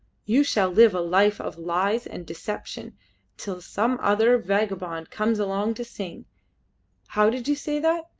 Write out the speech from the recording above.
you shall live a life of lies and deception till some other vagabond comes along to sing how did you say that?